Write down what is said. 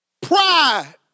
Pride